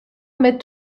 mettent